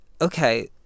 okay